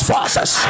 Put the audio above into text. forces